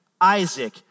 Isaac